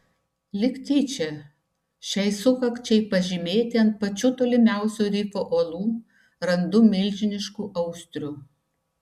lyg tyčia šiai sukakčiai pažymėti ant pačių tolimiausių rifo uolų randu milžiniškų austrių